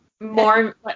more